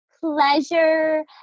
pleasure